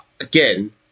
again